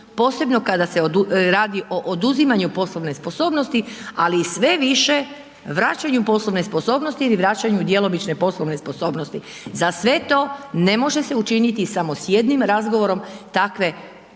posebno kada se radi o oduzimanju poslovne sposobnosti, ali i sve više vraćanju poslovne sposobnosti ili vraćanju djelomične poslovne sposobnosti. Za sve to ne može se učiniti samo s jednim razgovorom takve osobe